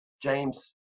James